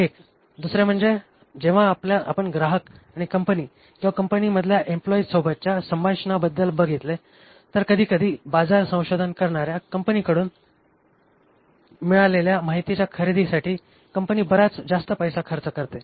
हे एक दुसरे म्हणजे जेव्हा आपण ग्राहक आणि कंपनी किंवा कंपनीमधल्या एम्प्लॉईजसोबतच्या संभाषणाबद्दल बघितले तर कधीकधी बाजार संशोधन करणाऱ्या कंपनीकडून तुन मिळालेल्या माहितीच्या खरेदीसाठी कंपनी बराच जास्त पैसे खर्च करते